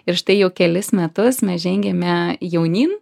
ir štai jau kelis metus mes žengiame jaunyn